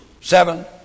Seven